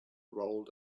rolled